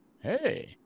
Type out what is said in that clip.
Hey